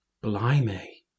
Blimey